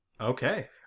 Okay